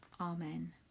Amen